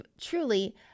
truly